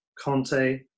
Conte